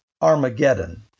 Armageddon